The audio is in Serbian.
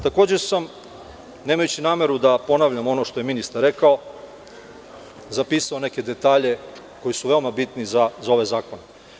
Takođe sam, nemajući nameru da ponavljam ono što je ministar rekao, zapisao neke detalje koji su veoma bitni za ove zakone.